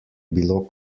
bilo